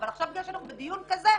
אבל עכשיו בגלל שאנחנו בדיון כזה,